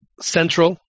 Central